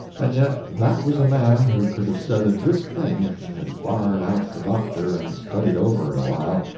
and yet that was a man who could have said a good thing if he had barred out the doctor and studied over it a while.